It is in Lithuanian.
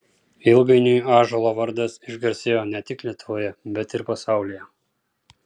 ilgainiui ąžuolo vardas išgarsėjo ne tik lietuvoje bet ir pasaulyje